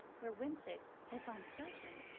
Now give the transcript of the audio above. where winsett, if uncertain,